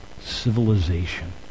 civilization